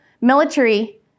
military